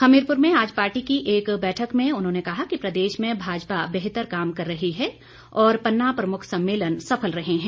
हमीरपुर में आज पार्टी की एक बैठक में उन्होंने कहा कि प्रदेश में भाजपा बेहतर काम कर रही है और पन्ना प्रमुख सम्मेलन सफल रहे हैं